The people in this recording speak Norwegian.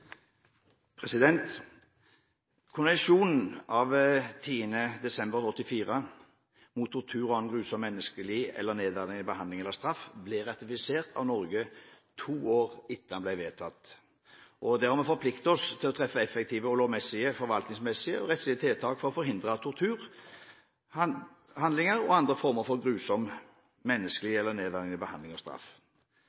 fornuftig. Konvensjonen av 10. desember 1984 mot tortur og annen grusom, umenneskelig eller nedverdigende behandling eller straff ble ratifisert av Norge to år etter at den ble vedtatt. Der har vi forpliktet oss til å treffe effektive og lovmessige forvaltningsmessige og rettslige tiltak for å forhindre torturhandlinger og andre former for grusom